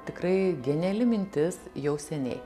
tikrai geniali mintis jau seniai